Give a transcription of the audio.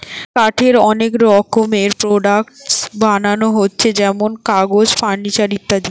কাঠের অনেক রকমের প্রোডাক্টস বানানা হচ্ছে যেমন কাগজ, ফার্নিচার ইত্যাদি